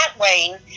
Wayne